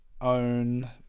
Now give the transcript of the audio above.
own